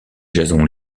jason